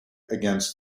against